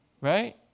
Right